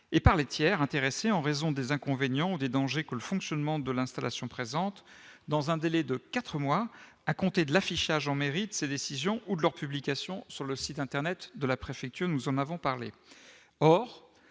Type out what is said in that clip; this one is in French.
et par les tiers intéressés en raison des inconvénients des dangers que le fonctionnement de l'installation présente dans un délai de 4 mois à compter de l'affichage en mairie de ses décisions ou de leur publication sur le site internet de la préfecture, nous en avons parlé